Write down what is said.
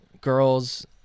girls